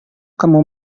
kamu